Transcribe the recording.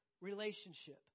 relationship